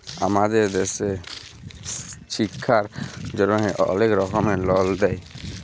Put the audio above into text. আমাদের দ্যাশে ছিক্ষার জ্যনহে অলেক রকমের লল দেয়